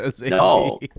No